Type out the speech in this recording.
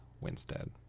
Winstead